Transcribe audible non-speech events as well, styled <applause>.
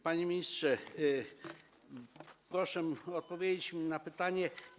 Panie ministrze, proszę odpowiedzieć <noise> mi na pytanie: